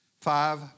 five